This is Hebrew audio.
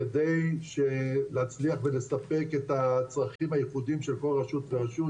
כדי להצליח ולספק את הצרכים הייחודיים של כל רשות ורשות.